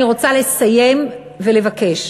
אני רוצה לסיים ולבקש